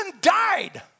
died